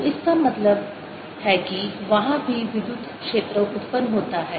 तो इसका मतलब है कि वहाँ भी विद्युत क्षेत्र उत्पन्न होता है